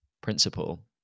principle